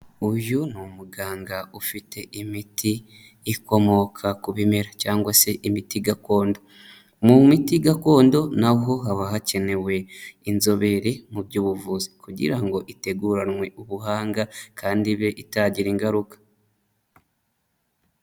Uyu ni umuganga ufite imiti ikomoka ku bimera cyangwa se imiti gakondo. Mu miti gakondo naho haba hakenewe inzobere mu by'ubuvuzi kugira ngo iteguranwe ubuhanga kandi ibe itagira ingaruka.